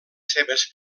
seves